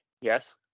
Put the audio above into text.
Yes